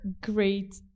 great